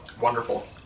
wonderful